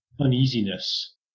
uneasiness